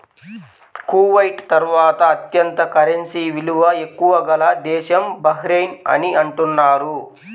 Kuwait తర్వాత అత్యంత currency విలువ ఎక్కువ గల దేశం బహ్రెయిన్ అని అంటున్నారు